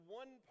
one